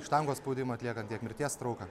štangos spaudimą tiek ant tiek mirties trauką